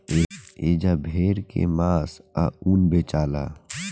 एजा भेड़ के मांस आ ऊन बेचाला